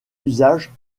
usage